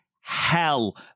hell